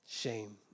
shame